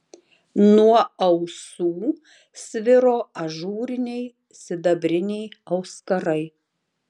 nuo ausų sviro ažūriniai sidabriniai auskarai